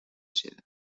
seda